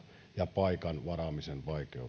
ja paikan varaamisen vaikeutta